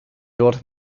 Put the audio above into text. dort